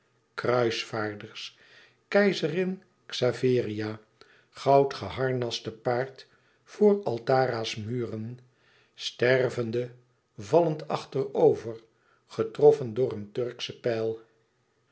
kruisvaarders keizerin xaveria goudgeharnast te paard voor altara's muren stervende vallend achterover getroffen door een turksche pijl